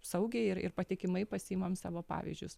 saugiai ir ir patikimai pasiimam savo pavyzdžius